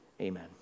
Amen